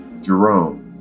Jerome